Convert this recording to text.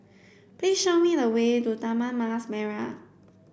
please show me the way to Taman Mas Merah